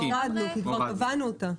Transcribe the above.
מחקנו, כי כבר קבענו אותה.